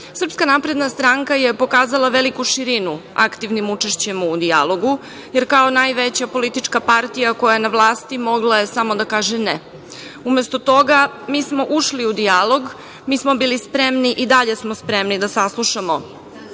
napredna stranka je pokazala veliku širinu aktivnim učešćem u dijalogu, jer kao najveća politička partija koja je na vlasti mogla je samo da kaže ne. Umesto toga mi smo ušli u dijalog, mi smo bili spremni i dalje smo spremni da saslušamo